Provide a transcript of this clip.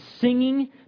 singing